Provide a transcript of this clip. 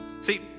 See